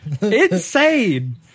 Insane